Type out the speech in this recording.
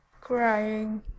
Crying